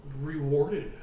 rewarded